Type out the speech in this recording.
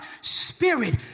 Spirit